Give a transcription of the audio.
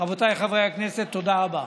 רבותיי חברי הכנסת, תודה רבה.